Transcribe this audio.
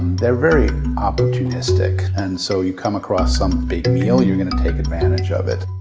they're very opportunistic. and so, you come across some big meal, you're going to take advantage of it.